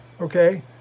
okay